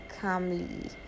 calmly